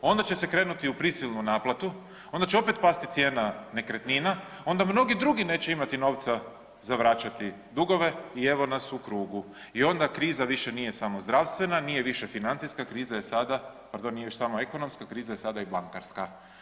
Onda će se krenuti u prisilnu naplatu, onda će opet pasti cijena nekretnina, onda mnogi drugi neće imati novca za vraćati dugove i evo nas u krugu i onda kriza više nije samo zdravstvena, nije više financijska, kriza je sada pardon, nije još samo ekonomska, kriza je sada i bankarska.